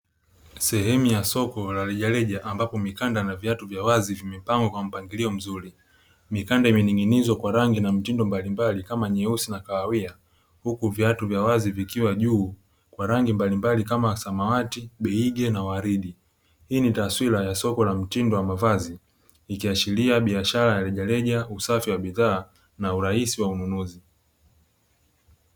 Sehemu ya soko la rejareja ambapo mikanda na viatu vya wazi vimepangwa kwa mpangilio mzuri. Mikanda imening'inizwa kwa rangi na mtindo mbalimbali kama nyeusi na kahawia, huku viatu vya wazi vikiwa juu kwa rangi mbalimbali kama samawati, biige na waridi. Hii ni taswira ya soko la mtindo wa mavazi, ikiashiria biashara ya rejareja, usafi wa bidhaa na urahisi wa ununuzi.